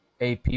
AP